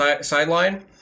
sideline